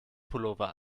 pullover